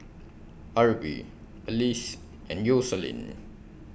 Arbie Alyse and Yoselin